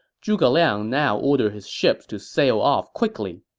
zhuge liang now ordered his ships to sail off quickly.